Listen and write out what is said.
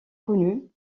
connus